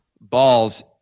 balls